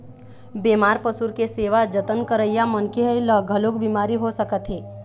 बेमार पशु के सेवा जतन करइया मनखे ल घलोक बिमारी हो सकत हे